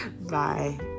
Bye